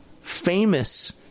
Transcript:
famous